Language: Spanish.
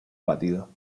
abatido